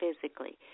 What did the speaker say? physically